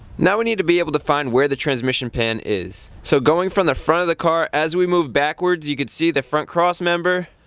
now we need to be able to find where the transmission pan is. so going from the front of the car as we move backwards, you can see the front crossmember,